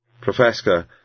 Professor